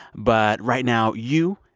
but right now, you,